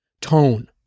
tone